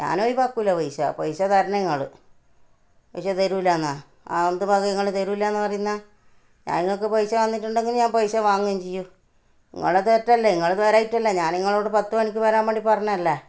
ഞാൻ ഒഴിവാക്കൂല പൈസ പൈസ തരണം നിങ്ങൾ പൈസ തരൂലാന്നാ അതെന്താ പാക്ക് നിങ്ങൾ തരൂലാന്ന് പറയുന്നേ ഞാന് നിങ്ങൾക്ക് പൈസ തന്നിട്ടുണ്ടെങ്കിൽ ഞാൻ പൈസ വാങ്ങുകയും ചെയ്യും നിങ്ങളെ തെറ്റല്ലെ നിങ്ങൾ വരാഞ്ഞിട്ടല്ലെ ഞാന് നിങ്ങളോട് പത്ത് മണിക്ക് വരാന് വേണ്ടി പറഞ്ഞതല്ലേ